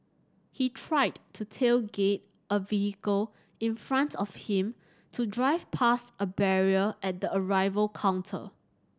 he tried to tailgate a vehicle in front of him to drive past a barrier at the arrival counter